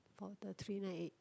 for the three nine eight